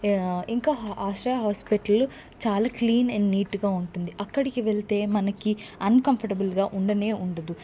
ఇంకా ఆశ్రయ హాస్పిటల్లు చాలా క్లీన్ అండ్ నీట్ గా ఉంటుంది అక్కడికి వెళ్తే మనకి అన్కంఫర్టబుల్ గా ఉండనే ఉండదు